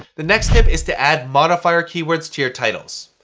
the next tip is to add modifier keywords to your titles.